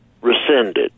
rescinded